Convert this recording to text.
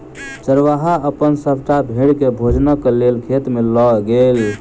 चरवाहा अपन सभटा भेड़ के भोजनक लेल खेत में लअ गेल